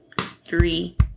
three